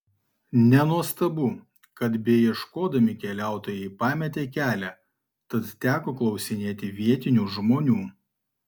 nenuostabu kad beieškodami keliautojai pametė kelią tad teko klausinėti vietinių žmonių